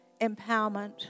empowerment